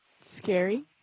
scary